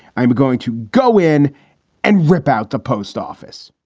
i'm going to go in and rip out the post office